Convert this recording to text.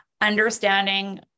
understanding